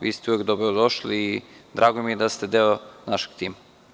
Vi ste uvek dobrodošli i drago mi je da ste deo našeg tima.